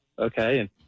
okay